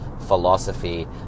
philosophy